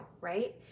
right